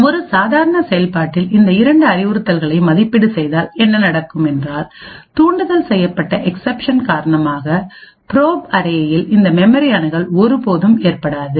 ஒரு சாதாரண செயல்பாட்டில் இந்த இரண்டு அறிவுறுத்தல்களையும் மதிப்பீடு செய்தால் என்ன நடக்கும் என்றால் தூண்டுதல் செய்யப்பட்ட எக்சப்ஷன் காரணமாக ப்ரோப் அரேயில் இந்த மெமரி அணுகல் ஒருபோதும் ஏற்படாது